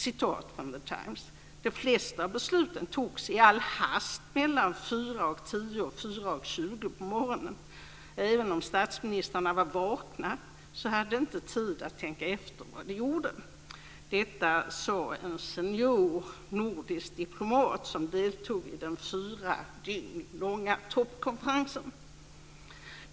Citat från The Times: "De flesta av besluten togs i all hast mellan 4.10 och 4.20 på morgonen och även om statsministrarna var vakna så hade de inte tid att tänka efter vad de gjorde." Detta sade en nordisk seniordiplomat som deltog i den fyra dygn långa toppkonferensen.